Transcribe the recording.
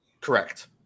Correct